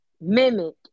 Mimic